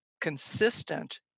consistent